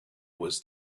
was